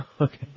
Okay